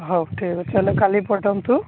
ହଉ ଠିକ୍ ଅଛି ତାହେଲେ କାଲି ପଠାନ୍ତୁ